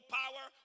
power